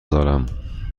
دارم